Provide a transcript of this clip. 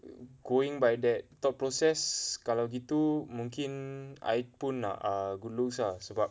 going by that thought process kalau gitu mungkin I pun nak ah good looks ah sebab